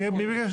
מי ביקש?